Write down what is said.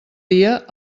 dia